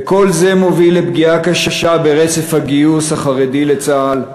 וכל זה מוביל לפגיעה קשה ברצף הגיוס החרדי לצה"ל,